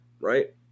right